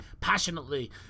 passionately